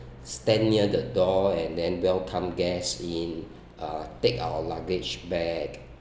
stand near the door and then welcome guest in uh take our luggage bag